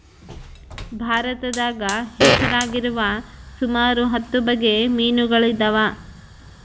ಭಾರತದಾಗ ಹೆಸರಾಗಿರುವ ಸುಮಾರು ಹತ್ತು ಬಗೆ ಮೀನುಗಳಿದವ